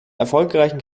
erfolgreichen